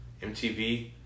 MTV